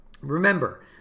remember